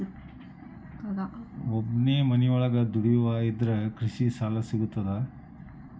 ಒಬ್ಬನೇ ಮನಿಯೊಳಗ ದುಡಿಯುವಾ ಇದ್ರ ಕೃಷಿ ಸಾಲಾ ಸಿಗ್ತದಾ?